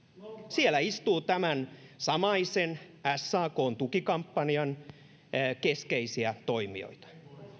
siellä istuu tämän samaisen sakn tukikampanjan keskeisiä toimijoita